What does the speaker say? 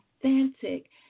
authentic